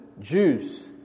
Jews